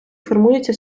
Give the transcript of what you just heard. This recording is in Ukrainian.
формується